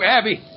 Abby